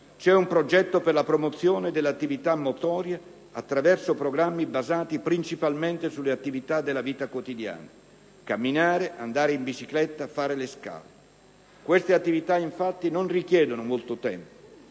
un progetto per la promozione dell'attività motoria attraverso programmi basati principalmente sulle attività della vita quotidiana, (camminare, andare in bicicletta, fare le scale); queste attività, infatti, non richiedono molto tempo,